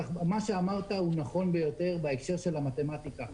מה שאמרת, הוא נכון ביותר בהקשר של המתמטיקה.